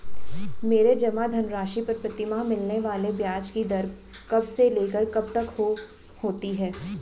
मेरे जमा धन राशि पर प्रतिमाह मिलने वाले ब्याज की दर कब से लेकर कब तक होती है?